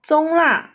中辣